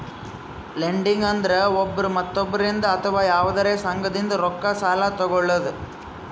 lending ಅಂದ್ರ ಒಬ್ರ್ ಮತ್ತೊಬ್ಬರಿಂದ್ ಅಥವಾ ಯವಾದ್ರೆ ಸಂಘದಿಂದ್ ರೊಕ್ಕ ಸಾಲಾ ತೊಗಳದು